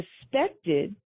suspected